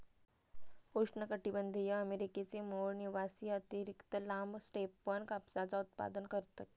उष्णकटीबंधीय अमेरिकेचे मूळ निवासी अतिरिक्त लांब स्टेपन कापसाचा उत्पादन करतत